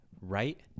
right